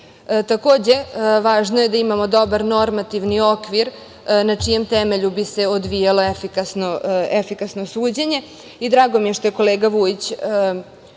važno je da imamo dobar normativni okvir na čijem temelju bi se odvijalo efikasno suđenje. Drago mi je što je kolega Vujić